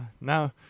now